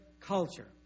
culture